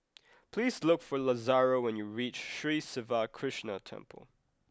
please look for Lazaro when you reach Sri Siva Krishna Temple